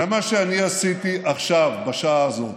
זה מה שאני עשיתי עכשיו, בשעה הזאת.